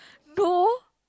no